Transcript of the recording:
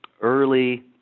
early